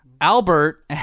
Albert